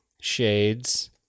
Shades